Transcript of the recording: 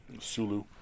Sulu